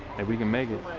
and we can make it